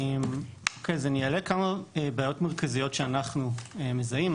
אני אעלה כמה בעיות מרכזיות שאנחנו מזהים.